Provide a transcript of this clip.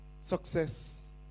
Success